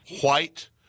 white